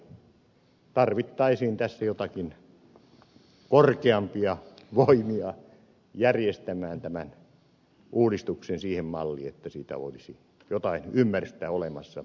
söderman sanoi tarvittaisiin tässä joitakin korkeampia voimia järjestämään tämä uudistus siihen malliin että siitä olisi jotain ymmärrystä olemassa mitä tehdään